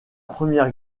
première